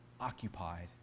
occupied